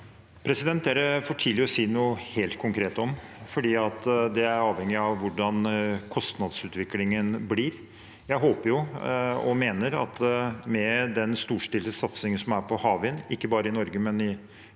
Det er det for tidlig å si noe helt konkret om, for det er avhengig av hvordan kostnadsutviklingen blir. Jeg håper og mener at med den storstilte satsingen som er på havvind – ikke bare i Norge, men egentlig